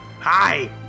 Hi